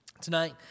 Tonight